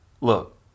look